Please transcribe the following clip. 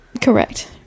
correct